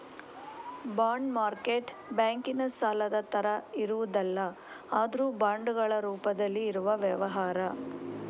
bond market ಬ್ಯಾಂಕಿನ ಸಾಲದ ತರ ಇರುವುದಲ್ಲ ಆದ್ರೂ ಬಾಂಡುಗಳ ರೂಪದಲ್ಲಿ ಇರುವ ವ್ಯವಹಾರ